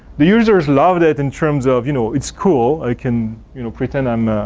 the users love that in terms of you know, it's cool i can you know pretend i'm